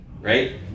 right